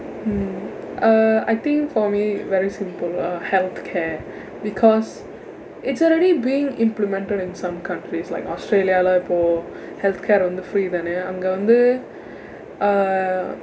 hmm uh I think for me very simple uh health care because it's already being implemented in some countries like australia lah இப்போ:ippoo health care வந்து:vandthu free தானே அங்க வந்து:thaanee angka vandthu uh